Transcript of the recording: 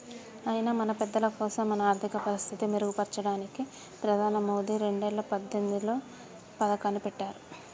అయినా మన పెద్దలకోసం మన ఆర్థిక పరిస్థితి మెరుగుపడడానికి ప్రధాని మోదీ రెండేల పద్దెనిమిదిలో పథకాన్ని పెట్టారు